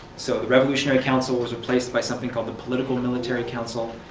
so the revolutionary council was replaced by something called the political military council,